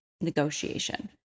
negotiation